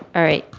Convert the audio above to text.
all right.